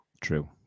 True